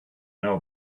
know